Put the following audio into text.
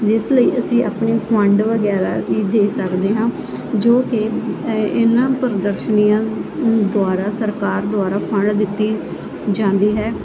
ਜਿਸ ਲਈ ਅਸੀਂ ਆਪਣੇ ਫੰਡ ਵਗੈਰਾ ਵੀ ਦੇ ਸਕਦੇ ਹਾਂ ਜੋ ਕਿ ਇਹ ਇਹਨਾਂ ਪ੍ਰਦਰਸ਼ਨੀਆਂ ਦੁਆਰਾ ਸਰਕਾਰ ਦੁਆਰਾ ਫੰਡ ਦਿੱਤੇ ਜਾਂਦੇ ਹੈ